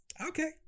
Okay